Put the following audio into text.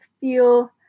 feel